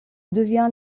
devient